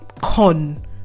con